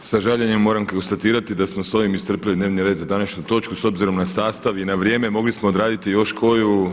Sa žaljenjem moram konstatirati da smo s ovim iscrpili dnevni red za današnju točku s obzirom na sastav i na vrijeme mogli smo odraditi još koju.